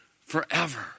forever